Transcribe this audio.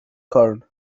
corn